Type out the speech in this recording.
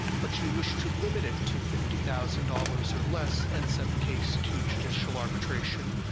but you wish to limit it to fifty thousand dollars or less and send the case to judicial arbitration,